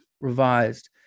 revised